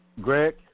Greg